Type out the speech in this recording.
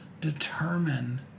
determine